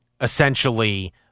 essentially